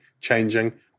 changing